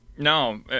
No